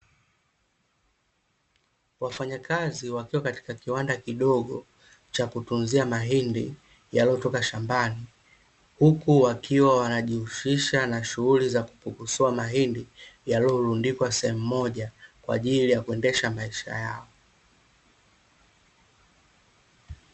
Wafanyakazi wakiwa katika kiwanda kidogo cha kutunzia mahindi yaliyotoka shambani. Huku wakiwa wanajihusisha na shughuli za kupukusua mahindi yaliyorundikwa sehemu moja kwa ajili ya kuendesha maisha yao.